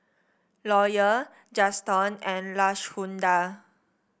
Lawyer Juston and Lashunda